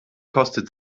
kostet